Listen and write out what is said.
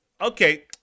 okay